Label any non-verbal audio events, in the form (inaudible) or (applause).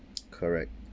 (noise) correct